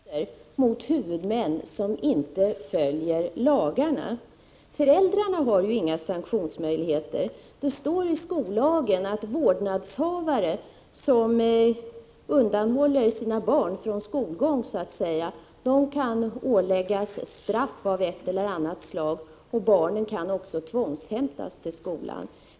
Herr talman! Finns det inte några möjligheter att tillgripa sanktioner mot huvudmän som inte följer lagarna? Föräldrarna har inga sanktionsmöjligheter. Det står i skollagen att vårdnadshavare som undanhåller sina barn från skolgång kan åläggas straff av ett eller annat slag. Barnen kan också tvångshämtas till skolan.